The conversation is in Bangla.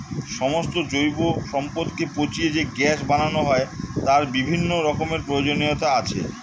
সমস্ত জৈব সম্পদকে পচিয়ে যে গ্যাস বানানো হয় তার বিভিন্ন রকমের প্রয়োজনীয়তা আছে